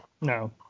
No